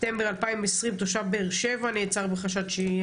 בספטמבר 2020 תושב באר שבע נעצר בחשד שאיים